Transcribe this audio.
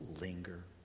linger